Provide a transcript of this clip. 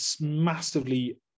massively